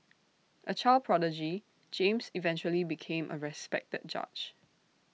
A child prodigy James eventually became A respected judge